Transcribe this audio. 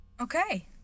Okay